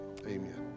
Amen